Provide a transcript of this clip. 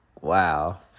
wow